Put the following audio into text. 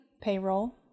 payroll